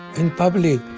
in public.